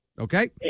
Okay